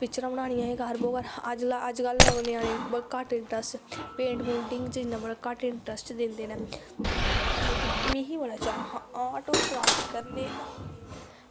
पिक्चरां बनानियां जे कर बो कर अज्ज कल ञ्याने घट्ट इंट्रस्ट पेंट पूटिंग बिच्च घट्ट इंट्रस्ट दिंदे नै लेकिन मिगी बड़ा चाह् हा आर्ट और क्राफ्ट करनें दा